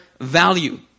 value